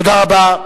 תודה רבה.